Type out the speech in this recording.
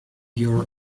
your